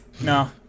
No